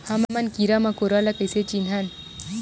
हमन कीरा मकोरा ला कइसे चिन्हन?